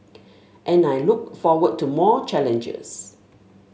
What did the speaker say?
and I look forward to more challenges